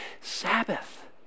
Sabbath